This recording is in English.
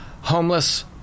homeless